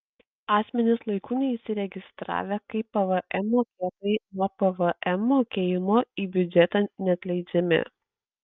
asmenys laiku neįsiregistravę kaip pvm mokėtojai nuo pvm mokėjimo į biudžetą neatleidžiami